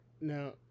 Now